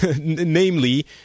namely